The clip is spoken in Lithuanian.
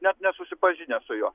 net nesusipažinęs su juo